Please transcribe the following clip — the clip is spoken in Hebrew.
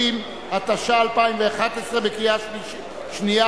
30), התשע"א 2011, קריאה שנייה